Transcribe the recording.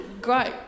great